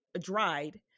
dried